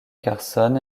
carson